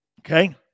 Okay